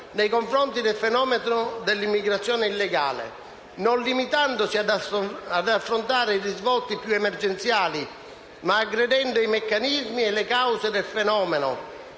nei confronti del fenomeno dell'immigrazione illegale, non limitandosi ad affrontare i risvolti più emergenziali, ma aggredendo i meccanismi e le cause del fenomeno,